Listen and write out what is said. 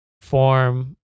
form